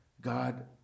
God